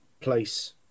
place